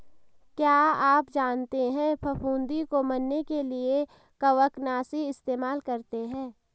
क्या आप जानते है फफूंदी को मरने के लिए कवकनाशी इस्तेमाल करते है?